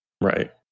Right